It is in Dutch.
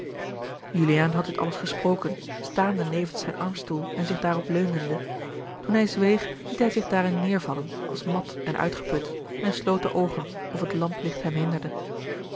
juliaan had dit alles gesproken staande nevens zijn armstoel en zich daarop leunende toen hij zweeg liet hij zich daarin neêrvallen als mat en uitgeput en sloot de oogen of het